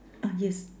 ah yes